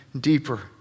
deeper